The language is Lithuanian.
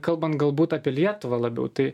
kalban galbūt apie lietuvą labiau tai